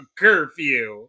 curfew